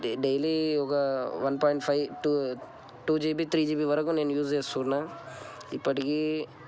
daily ఒక one point five two GB three GB వరకు నేను యూస్ చేస్తున్నా ఇప్పటికి